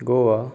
Goa